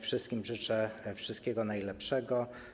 Wszystkim życzę wszystkiego najlepszego.